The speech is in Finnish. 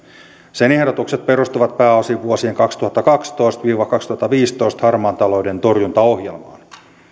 sen ehdotukset perustuvat pääosin vuosien kaksituhattakaksitoista viiva kaksituhattaviisitoista harmaan talouden torjuntaohjelmaan